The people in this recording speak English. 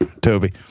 Toby